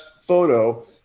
photo